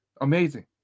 Amazing